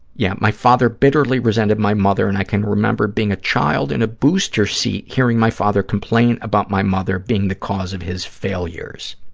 yeah, my father bitterly resented my mother, and i can remember being a child in a booster seat, hearing my father complain about my mother being the cause of his failures.